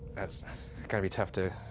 that's gonna be tough to,